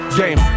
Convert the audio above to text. game